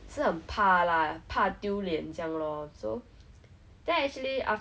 I think I was like you lor maybe it's like I really feel and I think I know that